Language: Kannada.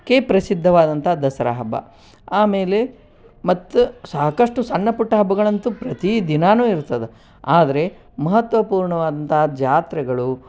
ಕ್ಕೆ ಪ್ರಸಿದ್ಧವಾದಂಥ ದಸರಾ ಹಬ್ಬ ಆಮೇಲೆ ಮತ್ತು ಸಾಕಷ್ಟು ಸಣ್ಣ ಪುಟ್ಟ ಹಬ್ಬಗಳಂತೂ ಪ್ರತೀ ದಿನವೂ ಇರ್ತದೆ ಆದರೆ ಮಹತ್ವಪೂರ್ಣವಾದಂಥ ಜಾತ್ರೆಗಳು